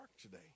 today